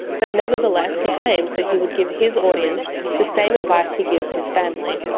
but nevertheless he claimed that he would give his audience the same advice he gives his family.